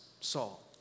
Saul